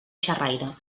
xerraire